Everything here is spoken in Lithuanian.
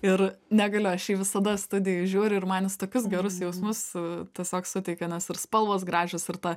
ir negaliu aš į jį visada studijoj žiūriu ir man jis tokius gerus jausmus tiesiog suteikia nes ir spalvos gražios ir ta